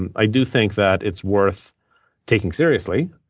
and i do think that it's worth taking seriously.